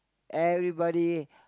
everybody